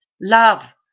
Love